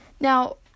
Now